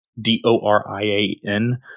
D-O-R-I-A-N